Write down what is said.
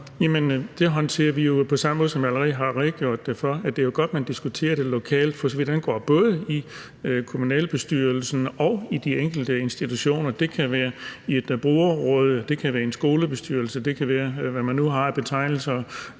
det håndterer vi jo på samme måde, som jeg allerede har redegjort for. Det er godt, at man diskuterer det lokalt, for så vidt angår både kommunalbestyrelsen og de enkelte institutioner. Det kan være i et brugerråd eller en skolebestyrelse, eller det kan være, hvad man nu har af betegnelser